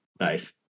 Nice